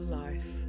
life